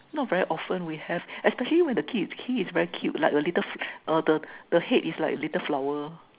not very often we have especially when the keys the key is cute like a little the the head is like a flower